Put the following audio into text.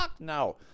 no